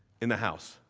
in the house.